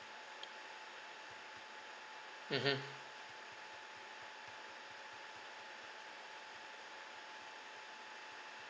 mmhmm